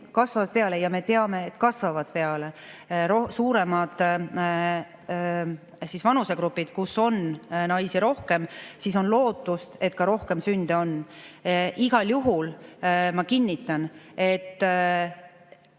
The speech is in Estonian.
kasvavad peale – ja me teame, et kasvavad peale – suuremad vanusegrupid, kus on naisi rohkem, siis on lootust, et on ka rohkem sünde. Igal juhul ma kinnitan, et